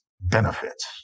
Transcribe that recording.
benefits